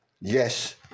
Yes